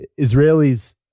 Israelis